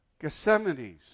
Gethsemanes